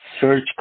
search